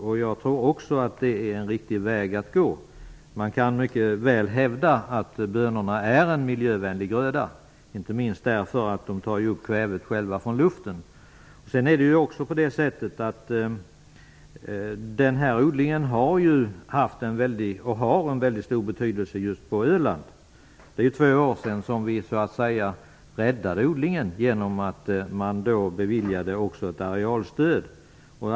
Jag tror också att det är en riktig väg att gå. Man kan mycket väl hävda att bönorna är en miljövänlig gröda - inte minst därför att de tar upp kväve från luften. Odlingen har haft och har en väldigt stor betydelse just på Öland. Det är två år sedan odlingen så att säga räddades genom att man också bevilja ett arealstöd.